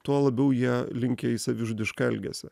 tuo labiau jie linkę į savižudišką elgesį